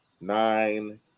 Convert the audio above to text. nine